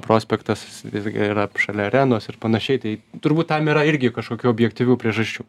prospektas visgi yra šalia arenos ir panašiai tai turbūt tam yra irgi kažkokių objektyvių priežasčių